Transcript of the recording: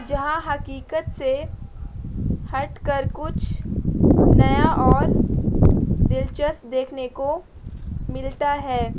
جہاں حقیقت سے ہٹ کر کچھ نیا اور دلچسپ دیکھنے کو ملتا ہے